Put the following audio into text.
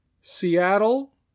Seattle